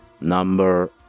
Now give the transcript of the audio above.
Number